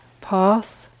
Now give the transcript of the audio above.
path